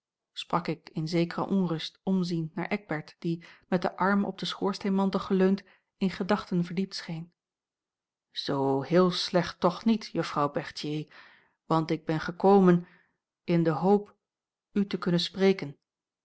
ik in zekereonrust omziend naar eckbert die met den arm op den schoorsteenmantel geleund in gedachten verdiept scheen zoo heel slecht toch niet juffrouw berthier want ik ben gekomen in de hoop u te kunnen spreken